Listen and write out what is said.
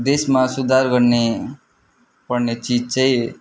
देशमा सुधार गर्नै पर्ने चिज चाहिँ